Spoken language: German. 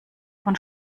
von